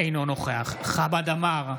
אינו נוכח חמד עמאר,